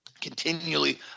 continually